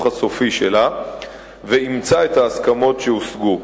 הסופי שלה ואימצה את ההסכמות שהוגשו.